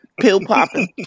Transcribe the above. Pill-popping